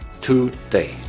today